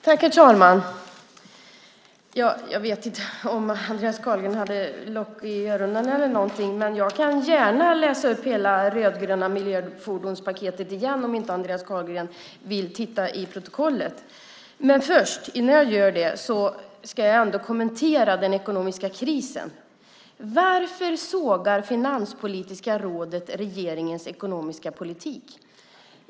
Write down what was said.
Herr talman! Jag vet inte om Andreas Carlgren hade lock för öronen eller någonting, men jag kan gärna läsa upp hela det rödgröna miljöfordonspaketet igen, om inte Andreas Carlgren vill titta i protokollet. Men först, innan jag gör det, ska jag ändå kommentera den ekonomiska krisen. Varför sågar Finanspolitiska rådet regeringens ekonomiska politik?